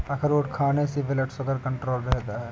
अखरोट खाने से ब्लड शुगर कण्ट्रोल रहता है